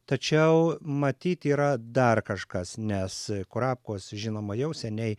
tačiau matyt yra dar kažkas nes kurapkos žinoma jau seniai